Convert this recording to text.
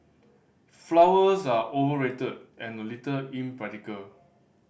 flowers are overrated and a little impractical